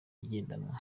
igendanwa